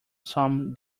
some